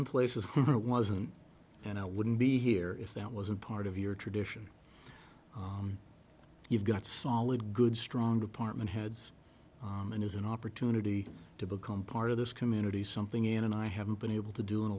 in places where it wasn't and i wouldn't be here if that wasn't part of your tradition you've got solid good strong department heads and is an opportunity to become part of this community something in and i haven't been able to do in a